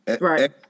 Right